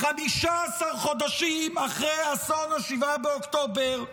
15 חודשים אחרי אסון 7 באוקטובר,